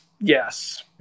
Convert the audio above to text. Yes